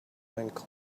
client